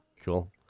cool